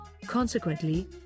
Consequently